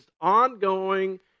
ongoing